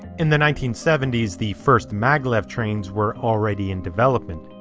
in the nineteen seventy s, the first maglev train were already in development.